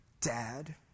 dad